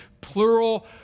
plural